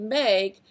make